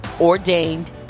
Ordained